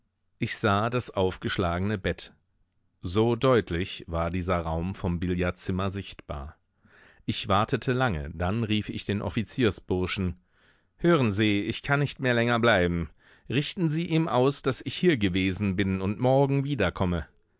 ich sah das aufgeschlagene bett so deutlich war dieser raum vom billardzimmer sichtbar ich wartete lange dann rief ich den offiziersburschen hören sie ich kann nicht mehr länger bleiben richten sie ihm aus daß ich hier gewesen bin und morgen wiederkomme